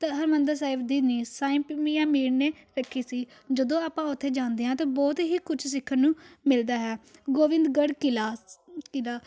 ਤ ਹਰਿਮੰਦਰ ਸਾਹਿਬ ਦੀ ਨੀਂਹ ਸਾਈ ਮੀਆਂ ਮੀਰ ਨੇ ਰੱਖੀ ਸੀ ਜਦੋਂ ਆਪਾਂ ਉਥੇ ਜਾਂਦੇ ਹਾਂ ਤਾਂ ਬਹੁਤ ਹੀ ਕੁਝ ਸਿੱਖਣ ਨੂੰ ਮਿਲਦਾ ਹੈ ਗੋਬਿੰਦਗੜ ਕਿਲ੍ਹਾ ਕਿਲ੍ਹਾ